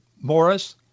Morris